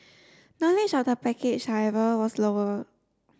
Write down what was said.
knowledge of the package however was lower